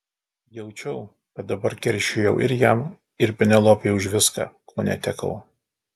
jaučiau kad dabar keršijau ir jam ir penelopei už viską ko netekau